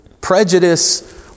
prejudice